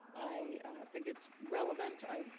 i think it's relevant. i,